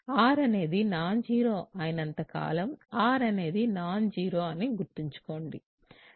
R అనేది non zero అయినంత కాలం R అనేది నాన్ జీరో అని నేను ఊహిస్తాను